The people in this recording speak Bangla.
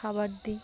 খাবার দিই